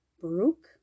Baruch